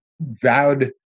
vowed